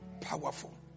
powerful